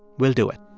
we'll do it